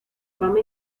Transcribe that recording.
fama